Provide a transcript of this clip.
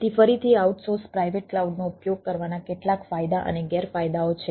તેથી ફરીથી outsource private ક્લાઉડનો ઉપયોગ કરવાના કેટલાક ફાયદા અને ગેરફાયદાઓ છે